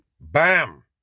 Bam